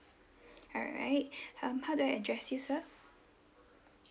alright um how do I address you sir